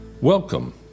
Welcome